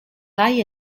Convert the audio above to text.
hay